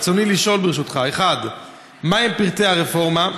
ברשותך, ברצוני לשאול: 1. מהם פרטי הרפורמה?